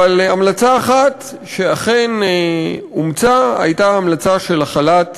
אבל המלצה אחת שאכן אומצה הייתה המלצה של החלת